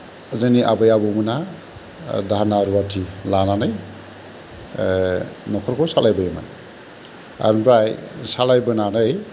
जोंनि आबै आबौमोना दाहोना रुवाथि लानानै नखरखौ सालायबोयोमोन आमफ्राय सालायबोनानै